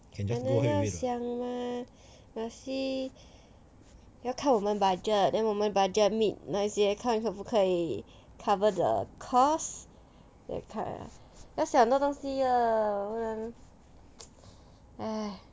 当然要想 mah firstly 要看我们 budget then 我们 budget meet 那些看可不可以 cover the costs that cut ah 要想很多东西的不然 !hais!